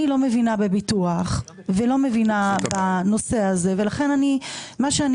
אני לא מבינה בביטוח ולא מבינה בנושא הזה ולכן אני מה שאני